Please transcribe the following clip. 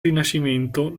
rinascimento